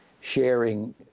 sharing